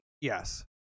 Yes